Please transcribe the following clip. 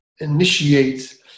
initiate